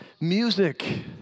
music